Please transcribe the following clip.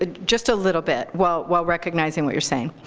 ah just a little bit, while while recognizing what you're saying.